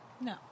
No